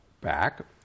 back